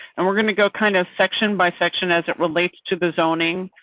and we're going to go kind of section by section as it relates to the zoning.